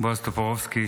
בועז טופורובסקי,